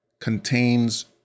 contains